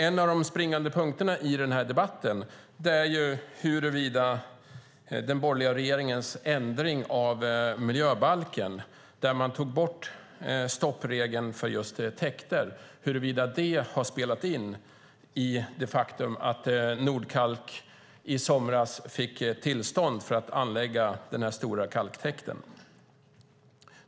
En av de springande punkterna i denna debatt är huruvida den borgerliga regeringens ändring av miljöbalken, där man tog bort stoppregeln för just täkter, har spelat in i det faktum att Nordkalk i somras fick tillstånd att anlägga denna stora kalktäkt.